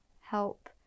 help